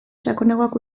sakonagoak